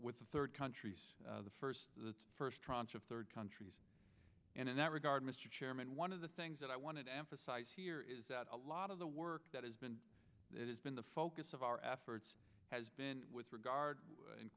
with the third countries the first the first tranche of third countries and in that regard mr chairman one of the things that i want to emphasize here is that a lot of the work that has been that has been the focus of our efforts has been with regard